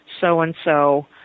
so-and-so